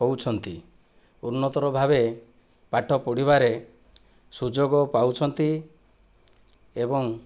ହେଉଛନ୍ତି ଉନ୍ନତତର ଭାବେ ପାଠ ପଢ଼ିବାରେ ସୁଯୋଗ ପାଉଛନ୍ତି ଏବଂ